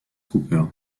cooper